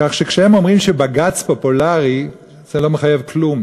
כך שכשהם אומרים שבג"ץ פופולרי זה לא מחייב כלום.